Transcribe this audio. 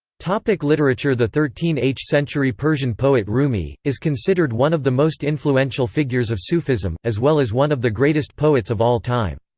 like literature the thirteen h century persian poet rumi, is considered one of the most influential figures of sufism, as well as one of the greatest poets of all time.